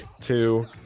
two